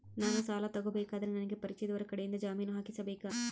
ನಾನು ಸಾಲ ತಗೋಬೇಕಾದರೆ ನನಗ ಪರಿಚಯದವರ ಕಡೆಯಿಂದ ಜಾಮೇನು ಹಾಕಿಸಬೇಕಾ?